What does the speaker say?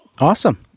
Awesome